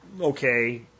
okay